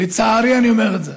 לצערי אני אומר את זה.